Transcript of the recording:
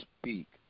speak